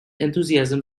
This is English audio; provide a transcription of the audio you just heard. enthusiasm